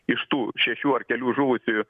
iš tų šešių ar kelių žuvusiųjų